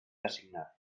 assignat